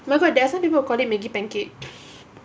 well there are some people call it maggie pancake